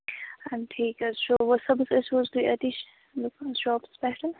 اَدٕ ٹھیٖک حظ چھُ وۅنۍ صُبحس ٲسوٕ حظ تُہی أتی شاپَس پیٚٹھٕ